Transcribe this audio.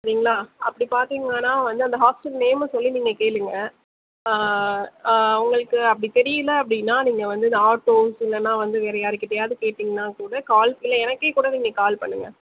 ஓகேங்களா அப்படி பார்த்தீங்கனா வந்து அந்த ஹாஸ்ட்டல் நேமை சொல்லி நீங்கள் கேளுங்கள் ஆ ஆ உங்களுக்கு அப்படி தெரியல அப்படினா நீங்கள் வந்து இந்த ஆட்டோஸ் இல்லைனா வந்து வேற யாருகிட்டேயாது கேட்டீங்கனா கூட கால் இல்லை எனக்கே கூட நீங்கள் கால் பண்ணுங்கள்